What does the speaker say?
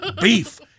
Beef